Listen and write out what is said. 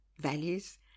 values